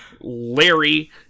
Larry